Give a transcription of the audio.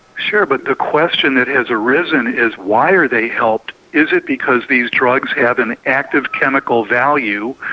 sure, but the question that has arisen is why are they helped? is it because these drugs have an active chemical value,